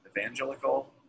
evangelical